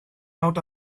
out